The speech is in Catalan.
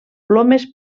plomes